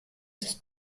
ist